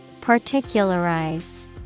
Particularize